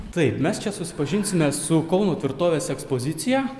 taip mes čia susipažinsime su kauno tvirtovės ekspozicija